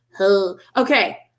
okay